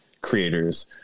creators